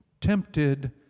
tempted